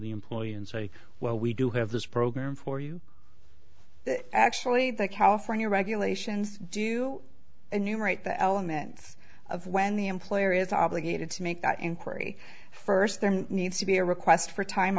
the employee and say well we do have this program for you actually the california regulations do and numerate the elements of when the employer is obligated to make that inquiry first there needs to be a request for time